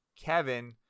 Kevin